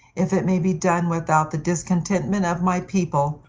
if it may be done without the discontentment of my people,